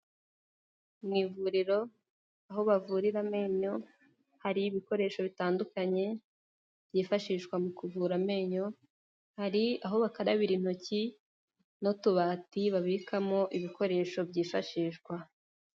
Mu ivuriro aho bavurira amenyo hari ibikoresho bitandukanye byifashishwa mu kuvura amenyo, hari aho bakarabira intoki n'utubati babikamo ibikoresho byifashishwa.